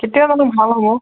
কেতিয়া মানে ভাল হ'ব